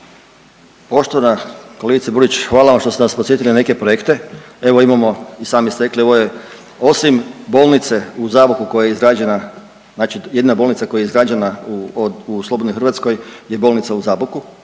Poštovana kolegice Burić hvala vam što ste nas podsjetili na neke projekte, evo imamo i sami ste rekli, ovo je osim bolnice u Zaboku koja je izgrađena, znači jedina bolnica koja je izgrađena u od, u slobodnoj Hrvatskoj je bolnica u Zaboku